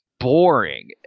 boring